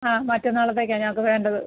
ആ മറ്റന്നാളത്തേക്കാണ് ഞങ്ങൾക്ക് വേണ്ടത്